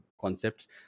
concepts